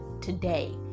today